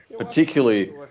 particularly